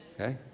okay